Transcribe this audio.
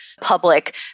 public